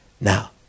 Now